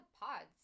pods